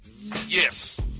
Yes